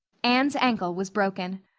anne's ankle was broken.